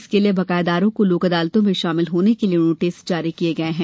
इसके लिए बकायादारों को लोक अदालतों में शामिल होने के लिए नोटिस जारी किये जा रहे हैं